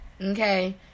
okay